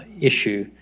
issue